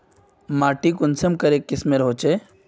माटी कुंसम करे किस्मेर होचए?